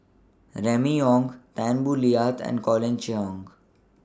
Remy Ong Tan Boo Liat and Colin Cheong